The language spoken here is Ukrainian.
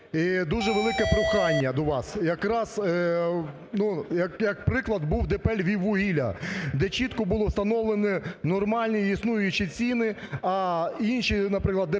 дуже велике прохання до вас, якраз, ну, як приклад був ДП "Львіввугілля", де чітко було встановлено нормальні існуючі ціни, а інші, наприклад, ДП,